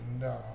no